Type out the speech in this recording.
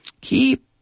Keep